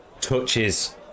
touches